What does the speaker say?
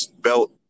belt